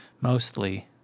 mostly